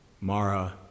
Mara